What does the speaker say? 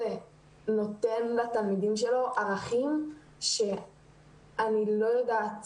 נותן לתלמידים שלו ערכים שאני לא יודעת